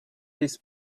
his